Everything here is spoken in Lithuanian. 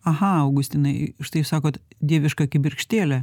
aha augustinai štai jūs sakot dieviška kibirkštėlė